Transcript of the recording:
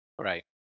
right